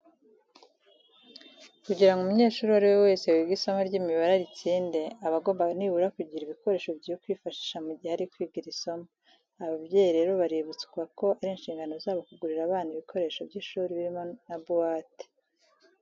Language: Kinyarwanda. Kugira ngo umunyeshuri uwo ari we wese wiga isomo ry'imibare aritsinde, aba agomba nibura kugira ibikoresho byo kwifashisha mu gihe ari kwiga iri somo. Ababyeyi rero baributswa ko ari inshingano zabo kugurira abana babo ibikoresho by'ishuri birimo na buwate.